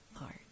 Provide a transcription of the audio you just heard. Lord